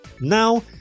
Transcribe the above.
Now